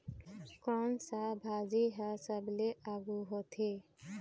कोन सा भाजी हा सबले आघु होथे?